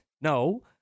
No